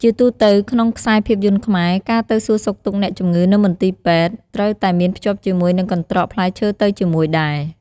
ជាទូទៅ ក្នុងខ្សែភាពយន្តខ្មែរ ការទៅសួរសុខទុក្ខអ្នកជំងឺនៅមន្ទីរពេទ្យត្រូវតែមានភ្ជាប់ជាមួយនឹងកន្ត្រកផ្លែឈើទៅជាមួយដែរ។